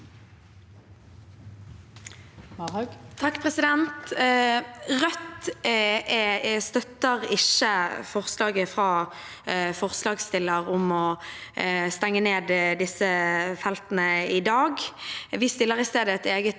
Rødt støtter ikke for- slaget fra forslagsstillerne om å stenge ned disse feltene i dag. Vi fremmer i stedet et eget